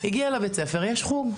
היא הגיעה לבית ספר, יש חוג.